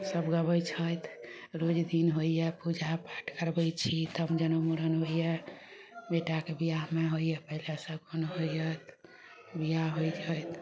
सभ गबय छथि रोज दिन होइए पूजापाठ करबय छी तब जनेउ मुड़न होइए बेटाके बियाहमे होइए पहिले शगुन होइ हइत बियाह होइ छथि